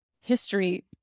history